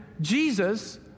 Jesus